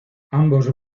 ambos